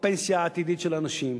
בפנסיה העתידית של אנשים,